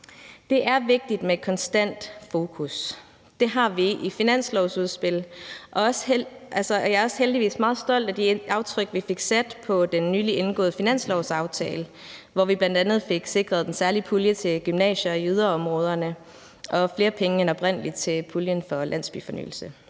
Det er vigtigt med konstant fokus. Det har vi i finanslovsudspil, og jeg er også heldigvis meget stolt af de aftryk, vi fik sat, på den nyligt indgåede finanslovsaftale, hvor vi bl.a. fik sikret den særlige pulje til gymnasier i yderområderne og flere penge end oprindelig til puljen for landsbyfornyelse.